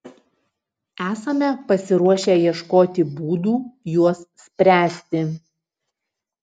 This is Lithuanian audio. esame pasiruošę ieškoti būdų juos spręsti